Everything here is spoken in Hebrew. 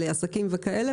על עסקים וכאלה.